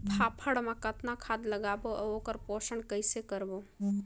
फाफण मा कतना खाद लगाबो अउ ओकर पोषण कइसे करबो?